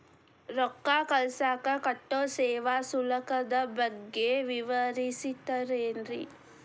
ರೊಕ್ಕ ಕಳಸಾಕ್ ಕಟ್ಟೋ ಸೇವಾ ಶುಲ್ಕದ ಬಗ್ಗೆ ವಿವರಿಸ್ತಿರೇನ್ರಿ?